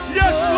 yes